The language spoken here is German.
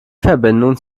verbindung